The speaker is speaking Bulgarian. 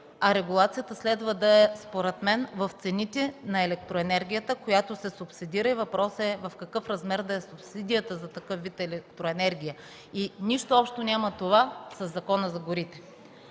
за горите, а следва да е според мен в цените на електроенергията, която се субсидира, и въпросът е в какъв размер да е субсидията за такъв вид електроенергия. Това няма нищо общо със Закона за горите.